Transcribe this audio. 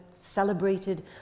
celebrated